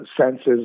senses